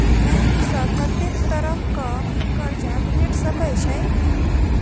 Bank सऽ कत्तेक तरह कऽ कर्जा भेट सकय छई?